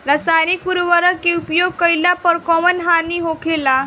रसायनिक उर्वरक के उपयोग कइला पर कउन हानि होखेला?